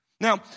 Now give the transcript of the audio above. Now